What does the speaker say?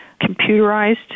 computerized